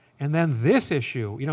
and then this issue. you know